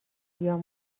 بیام